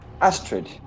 Astrid